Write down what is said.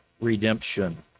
redemption